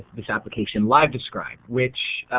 this application live describe. which